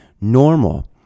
normal